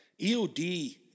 EOD